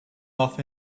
off